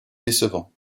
décevants